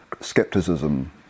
skepticism